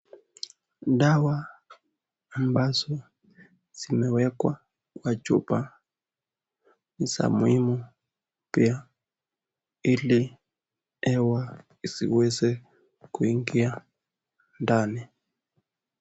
Dawa ambazo zinawekwa kwa chupa ni za muhimu pia hili hewa isiweze kuingia ndani.